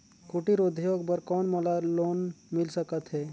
कुटीर उद्योग बर कौन मोला लोन मिल सकत हे?